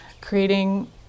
creating